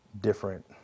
different